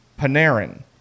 Panarin